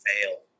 fail